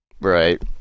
Right